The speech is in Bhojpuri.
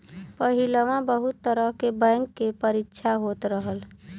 पहिलवा बहुत तरह के बैंक के परीक्षा होत रहल